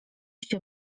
się